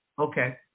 Okay